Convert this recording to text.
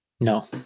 no